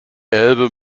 elbe